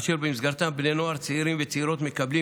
אשר במסגרתם בני נוער צעירים וצעירות מקבלים